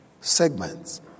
segments